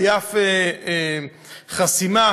בלי שום חסימה,